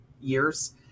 years